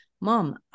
mom